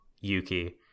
Yuki